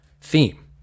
theme